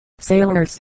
sailors